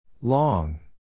Long